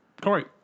Corey